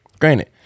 Granted